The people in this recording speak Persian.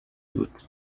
بود